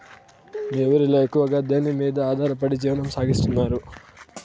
మీ ఊరిలో ఎక్కువగా దేనిమీద ఆధారపడి జీవనం సాగిస్తున్నారు?